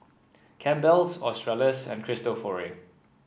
Campbell's Australis and Cristofori